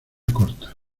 corta